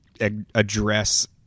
address